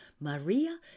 Maria